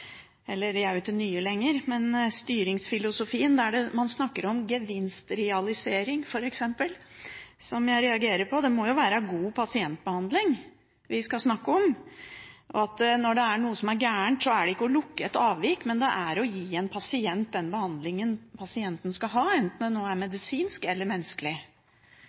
jeg reagerer på. Det må jo være god pasientbehandling vi skal snakke om. Og når det er noe som er galt, så dreier det seg ikke om å lukke et avvik, men om å gi en pasient den behandlingen pasienten skal ha, enten det er medisinsk eller menneskelig.